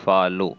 follow